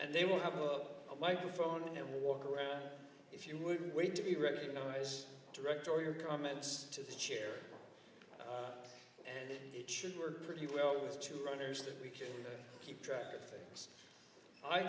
and they will have a microphone and walk around if you wouldn't wait to be recognize direct or your comments to the chair and it should work pretty well with two runners that we can keep track of